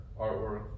artwork